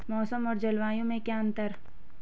मौसम और जलवायु में क्या अंतर?